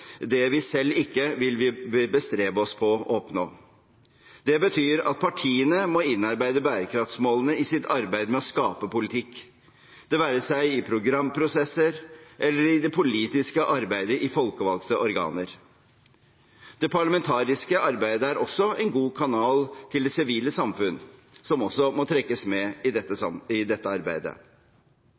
det vi selv ikke vil bestrebe oss på å oppnå. Det betyr at partiene må innarbeide bærekraftsmålene i sitt arbeid med å skape politikk – det være seg i programprosesser eller i det politiske arbeidet i folkevalgte organer. Det parlamentariske arbeidet er også en god kanal til det sivile samfunn, som også må trekkes med i dette